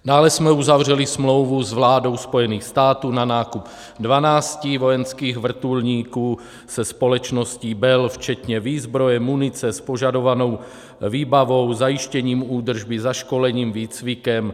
Dále jsme uzavřeli smlouvu s vládou Spojených států na nákup 12 vojenských vrtulníků, se společností Bell, včetně výzbroje, munice, s požadovanou výbavou, zajištěním údržby, zaškolením, výcvikem.